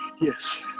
Yes